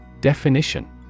Definition